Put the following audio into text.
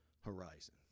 horizon